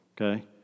okay